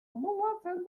moldatzen